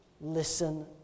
listen